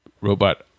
robot